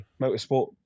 motorsport